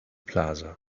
plaza